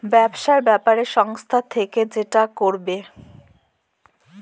ব্যবসার ব্যাপারে সংস্থা থেকে যেটা করবে